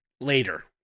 later